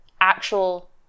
actual